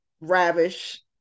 ravish